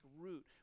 root